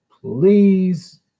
Please